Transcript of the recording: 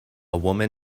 woman